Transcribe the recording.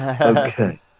Okay